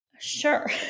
Sure